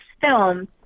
film